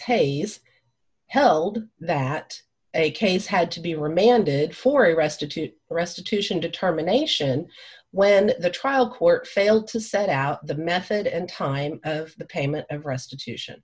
hayes held that a case had to be remanded for a restitute restitution determination when the trial court failed to set out the method and time of the payment of restitution